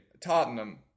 Tottenham